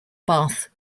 bath